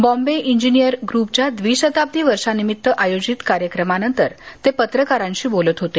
Bombay engineering ग्रपच्या द्विशताब्दी वर्षानिमित्त आयोजित कार्यक्रमानंतर ते पत्रकारांशी बोलत होते